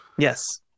Yes